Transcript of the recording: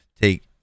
take